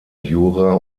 jura